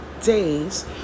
days